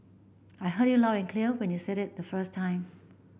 I heard you loud and clear when you said it the first time